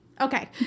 Okay